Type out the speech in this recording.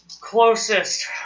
Closest